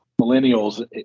millennials